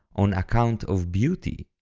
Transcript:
on account of beauty.